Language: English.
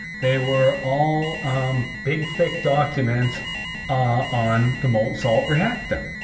they were all big thick documents on the molten salt reactor.